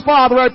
Father